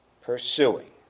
pursuing